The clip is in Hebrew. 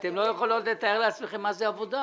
אתן לא יכולות לתאר לעצמכן מה זה עבודה,